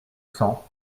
cent